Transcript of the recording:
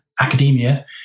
academia